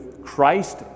christ